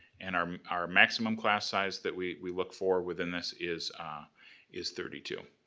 and our our maximum class size that we we look for within this is is thirty two.